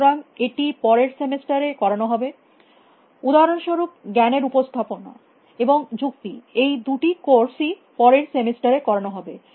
সুতরাং এটি পরের সেমিস্টার এ করানো হবে উদাহরণস্বরূপ জ্ঞানের উপস্থাপনা এবং যুক্তি এই দুটি কোর্স কোর্স ই পরের সেমিস্টার এ করানো হবে